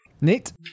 Nate